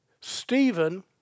Stephen